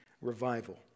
revival